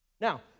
Now